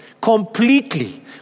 completely